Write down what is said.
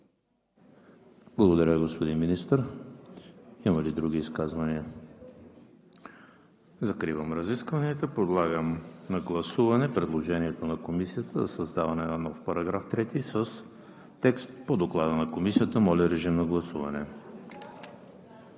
Благодаря, господин Министър. Има ли други изказвания? Закривам разискванията. Подлагам на гласуване предложението на Комисията за създаване на нов § 3 с текст по Доклада на Комисията. ПРЕДСЕДАТЕЛ ВАЛЕРИ